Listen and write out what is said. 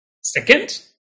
Second